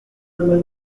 ama